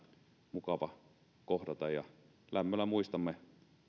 mukava kohdata lämmöllä muistamme